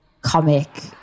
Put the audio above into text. comic